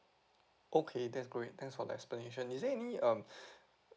okay that's great thanks for the explanation is there any um